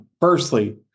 Firstly